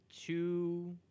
two